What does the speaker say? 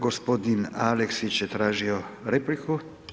Gospodin Aleksić je tražio repliku.